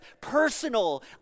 personal